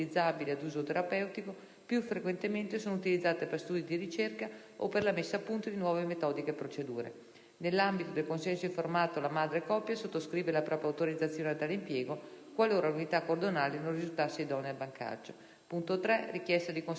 più frequentemente sono utilizzate per studi di ricerca o per la messa a punto di nuove metodiche e procedure. Nell'ambito del consenso informato la madre o la coppia sottoscrivono la propria autorizzazione a tale impiego, qualora l'unità cordonale non risultasse idonea al bancaggio. Il terzo punto riguarda le richieste di conservazione per uso dedicato.